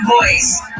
voice